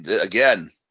Again